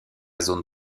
zone